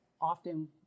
often